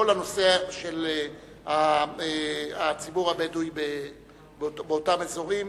על כל הנושא של הציבור הבדואי באותם אזורים.